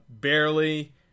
barely